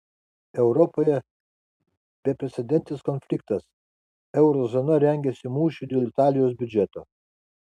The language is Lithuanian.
europoje beprecedentis konfliktas euro zona rengiasi mūšiui dėl italijos biudžeto